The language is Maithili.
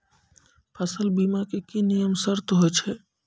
फसल बीमा के की नियम सर्त होय छै?